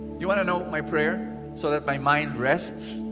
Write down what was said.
you want to know my prayer so that my mind rest?